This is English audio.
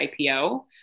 IPO